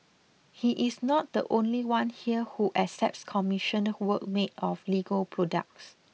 he is not the only one here who accepts commissioned work made of Lego products